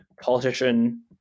politician